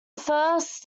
first